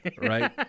right